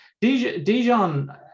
Dijon